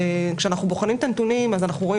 וכשאנחנו בוחנים את הנתונים אנחנו רואים